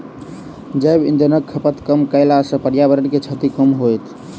जैव इंधनक खपत कम कयला सॅ पर्यावरण के क्षति कम होयत